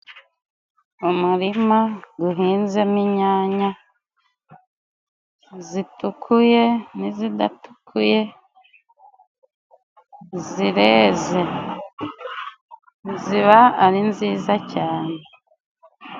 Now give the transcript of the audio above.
Umurima guhinzemo inyanya zitukuye n'izidatukuye zireze ziba ari nziza cyane.